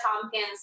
Tompkins